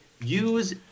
use